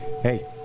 Hey